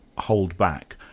hold back.